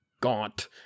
gaunt